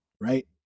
right